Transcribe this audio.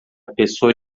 pessoa